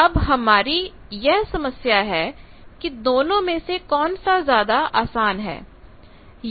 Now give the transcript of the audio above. अब हमारी यह समस्या है कि दोनों में से कौन सा ज्यादा आसान है